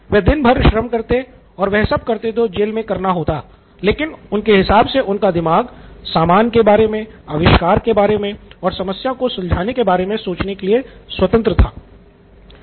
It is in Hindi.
वह दिन भर श्रम करते और वह सब करते जो जेल मे करना होता है लेकिन उनके हिसाब से उनका दिमाग सामान के बारे में आविष्कार के बारे में समस्या को सुलझाने के बारे में सोचने के लिए स्वतंत्र था